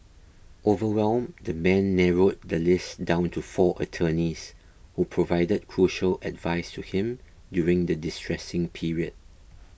overwhelmed the man narrowed the list down to four attorneys who provided crucial advice to him during the distressing period